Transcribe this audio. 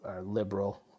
liberal